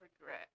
regret